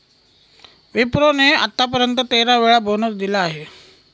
विप्रो ने आत्तापर्यंत तेरा वेळा बोनस दिला आहे